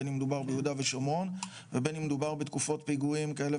בין אם מדובר ביהודה ושומרון ובין אם מדובר בתקופות פיגועים כאלה